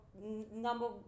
Number